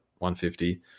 150